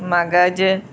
मगज